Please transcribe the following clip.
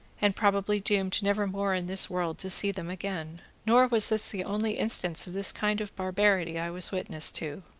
and probably doomed never more in this world to see them again. nor was this the only instance of this kind of barbarity i was a witness to.